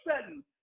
sudden